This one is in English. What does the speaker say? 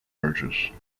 arches